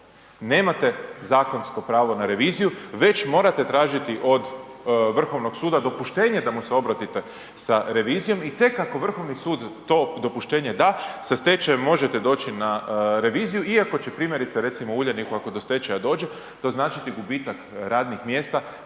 nemate zakonsko pravo na reviziju već morate tražiti od Vrhovnog suda dopuštenje da mu se obratite sa revizijom. I tek ako Vrhovni sud to dopuštenje da sa stečajem možete doći na reviziju iako će primjerice recimo u Uljaniku ako do stečaja dođe to značiti gubitak radnih mjesta